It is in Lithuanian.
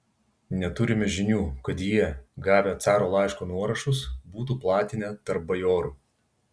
neturime žinių kad jie gavę caro laiško nuorašus būtų platinę tarp bajorų